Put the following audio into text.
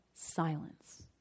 silence